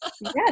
Yes